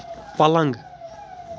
پلنٛگ